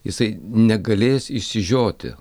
jisai negalės išsižioti